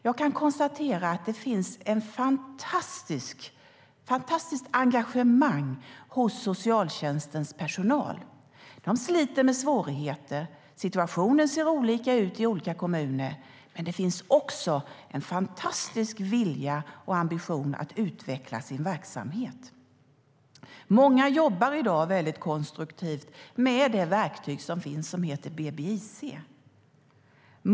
Jag kan konstatera att det finns ett fantastiskt engagemang hos socialtjänstens personal. De sliter med svårigheter. Situationen ser olika ut i olika kommuner. Men det finns också en fantastisk vilja och ambition att utveckla sin verksamhet. Många jobbar i dag väldigt konstruktivt med det verktyg som finns som heter BBIC.